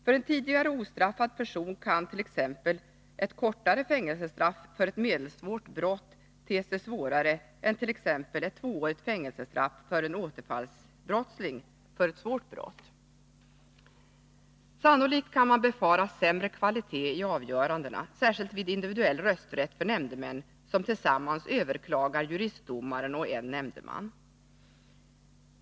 För en tidigare ostraffad person kan t.ex. ett kortare fängelsestraff för ett medelsvårt brott te sig svårare än vad t.ex. ett tvåårigt fängelsestraff för ett svårt brott gör för en återfallsbrottsling. Sannolikt kan man befara sämre kvalitet i avgörandena, särskilt vid individuell rösträtt för nämndemän, som tillsammans kan överklaga juristdomaren och en nämndeman.